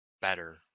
better